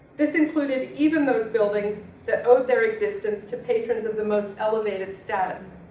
this included even those buildings that owed their existence to patrons of the most elevated status.